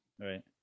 right